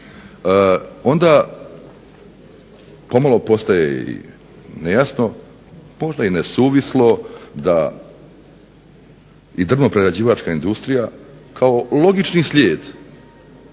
onda pomalo postaje i nejasno, možda i nesuvislo da i drvno-prerađivačka industrija kao logični slijed